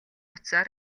утсаар